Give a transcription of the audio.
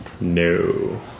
No